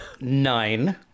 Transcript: nine